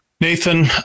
Nathan